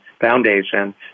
Foundation